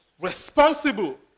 responsible